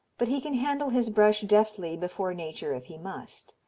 but he can handle his brush deftly before nature if he must.